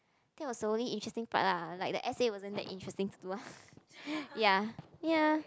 that was the only interesting part lah like the essay wasn't that interesting too ah ya ya